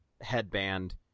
headband